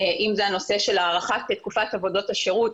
נושא הארכת תקופת עבודות השירות.